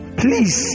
please